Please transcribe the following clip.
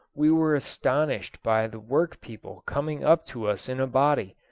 we were astonished by the work-people coming up to us in a body,